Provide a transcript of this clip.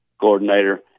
coordinator